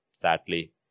sadly